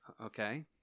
Okay